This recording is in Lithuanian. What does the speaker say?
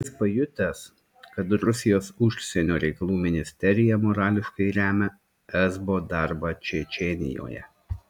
jis pajutęs kad rusijos užsienio reikalų ministerija morališkai remia esbo darbą čečėnijoje